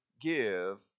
give